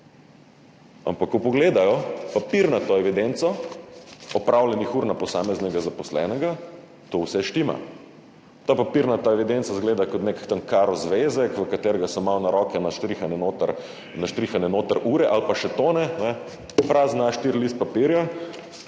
ampak ko pogledajo papirnato evidenco opravljenih ur na posameznega zaposlenega, to vse štima. Ta papirnata evidenca izgleda kot nek karo zvezek, v katerega so notri malo na roke naštrihane ure ali pa še to ne, prazen A4 list papirja,